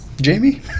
Jamie